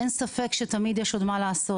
אין ספק שתמיד יש עוד מה לעשות.